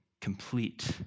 complete